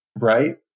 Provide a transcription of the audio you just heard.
right